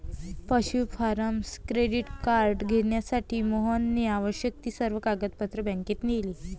पशु farmer credit card घेण्यासाठी मोहनने आवश्यक ती सर्व कागदपत्रे बँकेत नेली